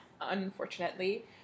unfortunately